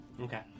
okay